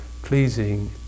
pleasing